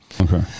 okay